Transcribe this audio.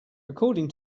according